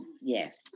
yes